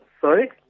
Sorry